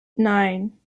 nine